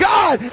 God